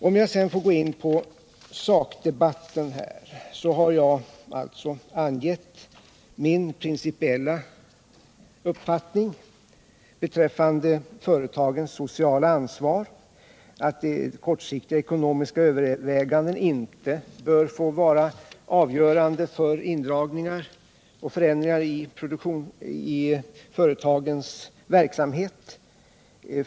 Om jag sedan får gå in på sakdebatten, så har jag alltså angivit min principiella uppfattning beträffande företagens sociala ansvar — att kortsiktiga ekonomiska överväganden inte bör få vara avgörande för indragningar och förändringar i företagens veksamhet.